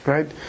Right